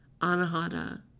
anahata